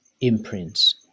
imprints